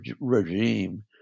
regime